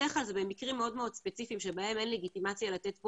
בדרך כלל זה במקרים מאוד מאוד ספציפיים שבהם אין לגיטימציה לתת פה